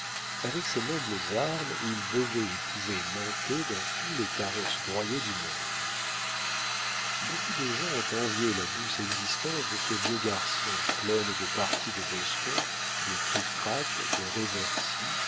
avec ces nobles armes il devait et pouvait monter dans tous les carrosses royaux du monde beaucoup de gens ont envié la douce existence de ce vieux garçon pleine de parties de boston de trictrac de